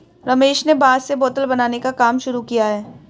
रमेश ने बांस से बोतल बनाने का काम शुरू किया है